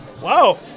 Wow